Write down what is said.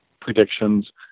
predictions